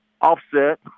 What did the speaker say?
offset